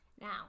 now